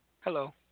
Hello